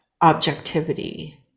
objectivity